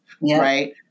Right